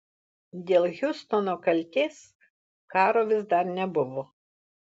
dėl hiustono kaltės karo vis dar nebuvo